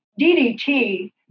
DDT